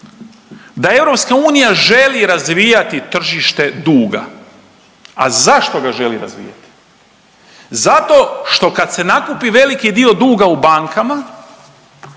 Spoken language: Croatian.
da EU želi razvijati tržište duga. A zašto ga želi razvijati? Zato što kad se nakupi veliki dio duga u bankama,